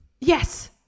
Yes